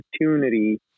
opportunity